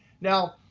now,